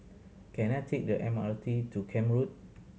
can I take the M R T to Camp Road